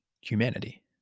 humanity